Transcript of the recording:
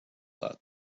that